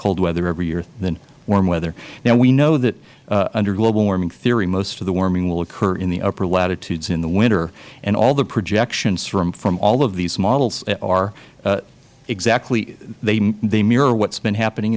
cold weather every year than warm weather now we know that under the global warming theory most of the warming will occur in the upper latitudes in the winter and all the projections from all of these models are exactly they mirror what has been happening